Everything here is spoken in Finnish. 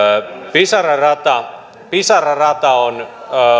pisara rata pisara rata on